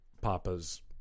Papa's